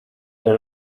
den